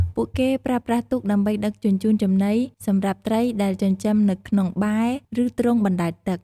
ពួកគេប្រើប្រាស់ទូកដើម្បីដឹកជញ្ជូនចំណីសម្រាប់ត្រីដែលចិញ្ចឹមនៅក្នុងបែរ ឬទ្រុងបណ្ដែតទឹក។